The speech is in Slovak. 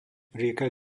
rieka